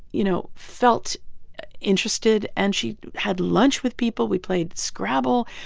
you know, felt interested. and she had lunch with people. we played scrabble.